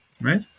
right